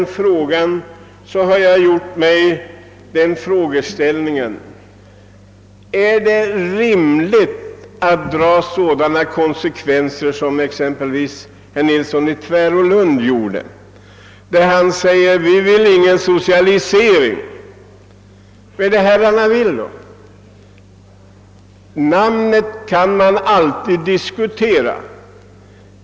Jag har frågat mig om det är rimligt att dra sådana konsekvenser som exempelvis herr Nilsson i Tvärålund gjorde. Han säger: Vi vill ingen socialisering. Vad är det då herrarna vill? Namnet kan alltid diskuteras.